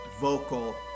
vocal